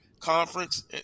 conference